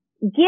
Give